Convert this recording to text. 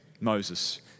Moses